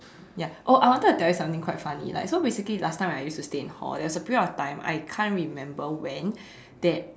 ya oh I wanted to tell you something quite funny like so basically last time I used to stay in hall there was a period of time I can't remember when that